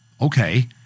Okay